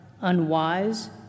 unwise